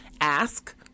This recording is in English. ask